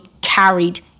carried